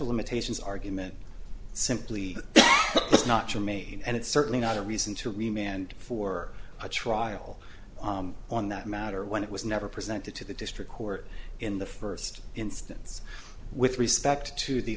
of limitations argument simply is not germane and it's certainly not a reason to remain and for a trial on that matter when it was never presented to the district court in the first instance with respect to the